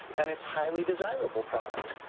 and it's highly desirable product.